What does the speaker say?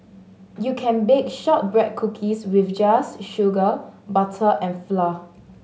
you can bake shortbread cookies with just sugar butter and flour